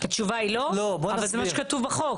אבל זה מה שכתוב בחוק.